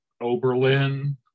Oberlin